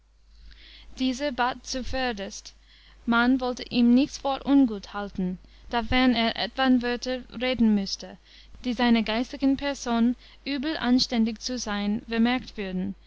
dieser bat zuvörderst man wollte ihm nichts vor ungut halten dafern er etwan wörter reden müßte die seiner geistlichen person übel anständig zu sein vermerkt würden